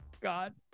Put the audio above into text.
God